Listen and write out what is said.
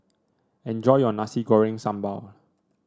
enjoy your Nasi Goreng Sambal